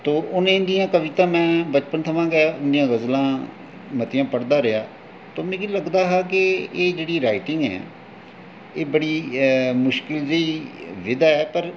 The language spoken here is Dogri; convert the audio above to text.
ते उंदियां कविता ते बचपना कोला गै उंदियां गज़लां में मतियां पढ़दा रेहा ते मिगी लगदा हा कि एह् जेह्ड़ी राइटिंग ऐ एह् बड़ी मुश्कल जेही विधा ऐ पर